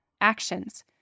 Actions